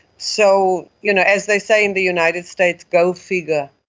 so you know as they say in the united states, go figure.